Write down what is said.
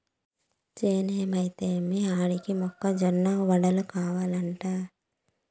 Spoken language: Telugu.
చేనేమైతే ఏమి ఆడికి మొక్క జొన్న వడలు కావలంట